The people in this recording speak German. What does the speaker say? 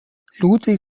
ludwig